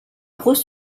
gros